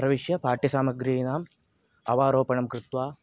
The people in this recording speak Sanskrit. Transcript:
प्रविश्य पाठ्यसामग्रीणाम् अवारोपणं कृत्वा